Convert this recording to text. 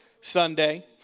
Sunday